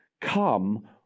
come